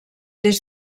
des